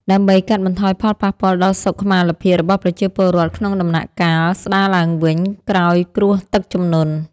ដើម្បីកាត់បន្ថយផលប៉ះពាល់ដល់សុខុមាលភាពរបស់ប្រជាពលរដ្ឋក្នុងដំណាក់កាលស្តារឡើងវិញក្រោយគ្រោះទឹកជំនន់។